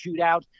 Shootout